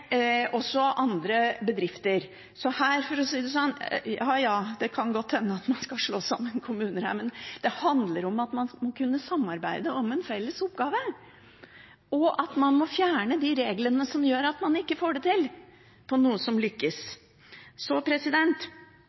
andre bedrifter. Så ja, det kan godt hende at man skal slå sammen kommuner her, men det handler om at man skal kunne samarbeide om en felles oppgave, og at man må fjerne de reglene som gjør at man ikke får det til, når det er noe som lykkes.